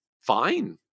fine